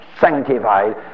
sanctified